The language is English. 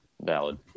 Valid